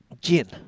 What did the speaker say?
gin